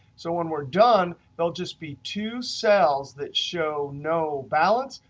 so when we're done they'll just be two cells that show no balance,